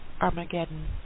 Armageddon